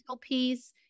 piece